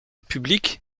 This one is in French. publique